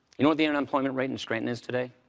you know what the unemployment rate in scranton is today?